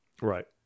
Right